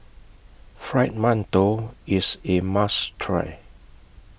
Fried mantou IS A must Try